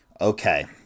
Okay